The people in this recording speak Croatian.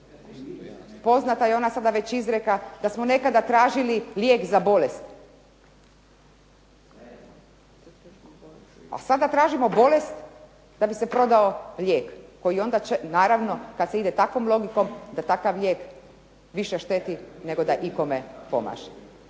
Poznata je ona sada već izreka da smo nekada tražili lijek za bolest, a sada tražimo bolest da bi se prodao lijek, koji onda će, naravno kad se ide takvom logikom da takav lijek više šteti nego da ikome pomaže.